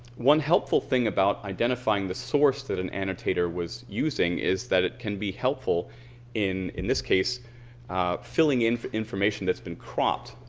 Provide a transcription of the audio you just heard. one helpful thing about identifying the source that an annotator was using is that it can be helpful in in this case filling information that's been cropped.